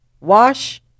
wash